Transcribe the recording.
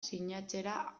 sinatzera